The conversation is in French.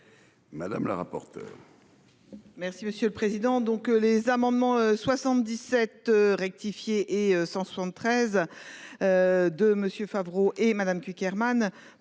Mme la rapporteure